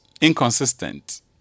inconsistent